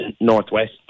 northwest